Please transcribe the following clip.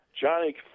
Johnny